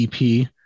EP